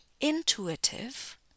intuitive